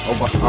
Over